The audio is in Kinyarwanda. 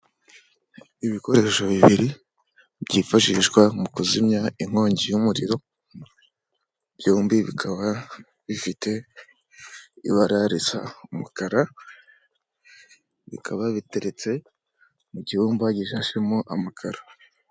Ibikoresho bibiri byifashishwa mu kuzimya inkongi y'umuriro, byombi bikaba bifite ibara risa umukara bikaba biteretse mu cyumba gishashemo amakaro.